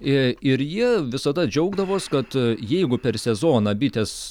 i ir ji visada džiaugdavos kad jeigu per sezoną bitės